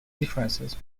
differences